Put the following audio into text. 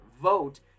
vote